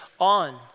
on